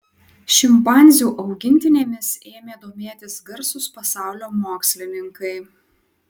šimpanzių augintinėmis ėmė domėtis garsūs pasaulio mokslininkai